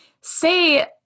say